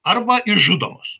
arba išžudomos